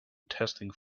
testing